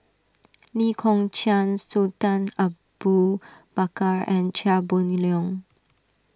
Lee Kong Chian Sultan Abu Bakar and Chia Boon Leong